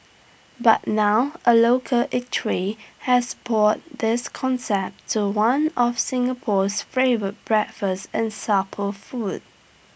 but now A local eatery has brought this concept to one of Singapore's favourite breakfast and supper food